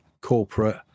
corporate